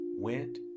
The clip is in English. went